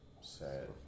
Sad